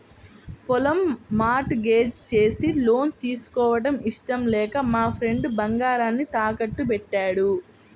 పొలం mortgage చేసి loan తీసుకోవడం ఇష్టం లేక మా ఫ్రెండు బంగారాన్ని తాకట్టుబెట్టాడు